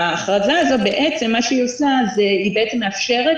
ההכרזה הזו בעצם מה שהיא עושה היא בעצם מאפשרת